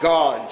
God